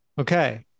Okay